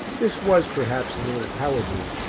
this was perhaps a little cowardly,